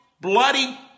bloody